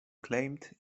claimed